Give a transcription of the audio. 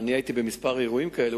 והייתי בכמה אירועים כאלה,